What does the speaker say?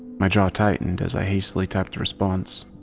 my jaw tightened as i hastily typed a response.